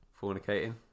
Fornicating